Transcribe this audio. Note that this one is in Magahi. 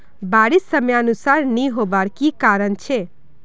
बारिश समयानुसार नी होबार की कारण छे?